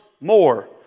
more